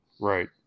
right